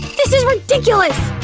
this is ridiculous!